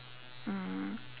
mm